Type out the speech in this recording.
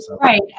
right